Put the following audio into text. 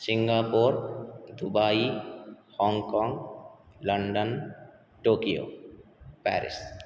Singapore Dubai Hong Kong London Tokyo Paris